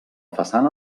façana